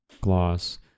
Gloss